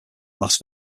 las